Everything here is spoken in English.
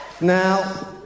now